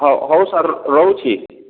ହଉ ସାର୍ ରହୁଛି